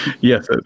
Yes